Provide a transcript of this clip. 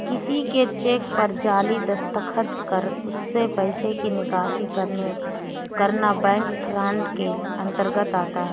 किसी के चेक पर जाली दस्तखत कर उससे पैसे की निकासी करना बैंक फ्रॉड के अंतर्गत आता है